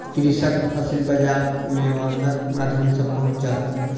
कृषक फसिल बाजार मे वाहनक माध्यम सॅ पहुँचल